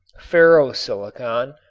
ferro-silicon,